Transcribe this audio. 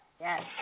Yes